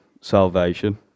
salvation